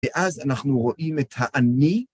מאז אנחנו רואים את האני